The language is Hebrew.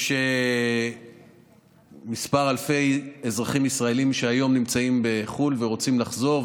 יש כמה אלפי אזרחים ישראלים שהיום נמצאים בחו"ל ורוצים לחזור,